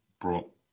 brought